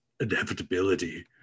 inevitability